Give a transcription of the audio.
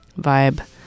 vibe